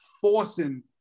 forcing